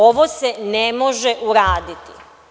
Ovo se ne može uraditi.